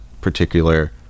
particular